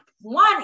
One